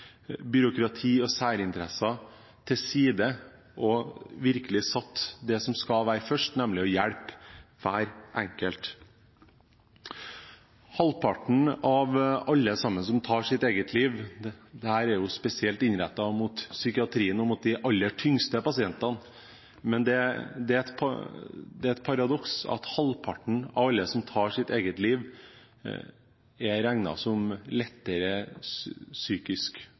byråkrati og særinteresser til side og virkelig satt det som er viktig først, nemlig å hjelpe hver enkelt. Dette er spesielt innrettet mot psykiatri og mot de aller tyngste pasientene, men det er et paradoks at halvparten av alle som tar sitt eget liv, er regnet som lettere psykisk